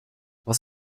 was